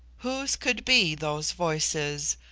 whose could be those voices?